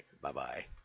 Bye-bye